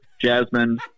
jasmine